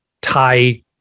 Thai